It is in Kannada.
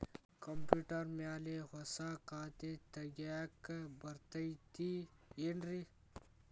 ಕಂಪ್ಯೂಟರ್ ಮ್ಯಾಲೆ ಹೊಸಾ ಖಾತೆ ತಗ್ಯಾಕ್ ಬರತೈತಿ ಏನ್ರಿ?